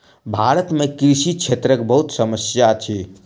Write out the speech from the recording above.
भारत में कृषि क्षेत्रक बहुत समस्या अछि